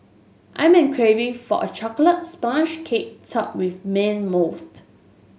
I am an craving for a chocolate sponge cake topped with mint mousse